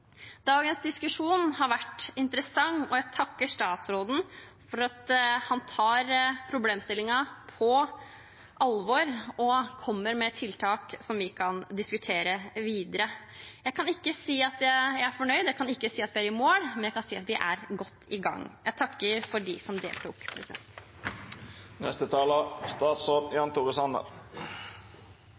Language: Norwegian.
Dagens diskusjon har vært interessant, og jeg takker statsråden for at han tar problemstillingen på alvor og kommer med tiltak som vi kan diskutere videre. Jeg kan ikke si at jeg er fornøyd, jeg kan ikke si at vi er i mål, men jeg kan si at vi er godt i gang. Jeg takker dem som deltok.